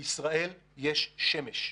בישראל יש שמש.